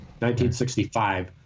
1965